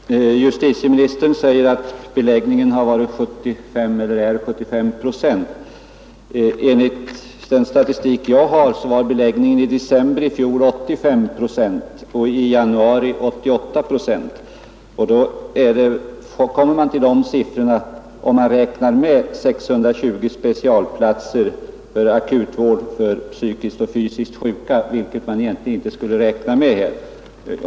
Herr talman! Justitieministern säger att beläggningen är 75 procent. Enligt den statistik jag har var beläggningen i december i fjol 85 procent och i januari 88 procent. De siffrorna kommer man fram till om man räknar med 620 specialplatser för akutvård av psykiskt och fysiskt sjuka, vilket man egentligen inte skulle göra här.